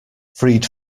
freed